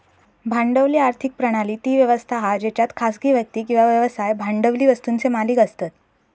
भांडवली आर्थिक प्रणाली ती व्यवस्था हा जेच्यात खासगी व्यक्ती किंवा व्यवसाय भांडवली वस्तुंचे मालिक असतत